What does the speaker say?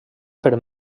per